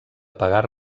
pagar